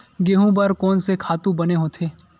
गेहूं बर कोन से खातु बने होथे?